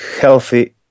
healthy